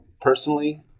personally